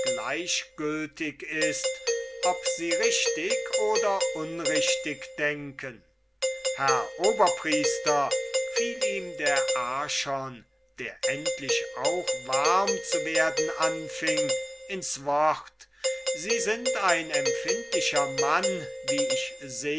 gleichgültig ist ob sie richtig oder unrichtig denken herr oberpriester fiel ihm der archon der endlich auch warm zu werden anfing ins wort sie sind ein empfindlicher mann wie ich